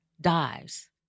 dies